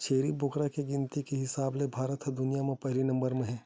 छेरी बोकरा के गिनती के हिसाब ले भारत ह दुनिया म पहिली नंबर म हे